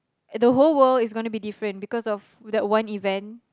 and the whole world is gonna be different because of that one event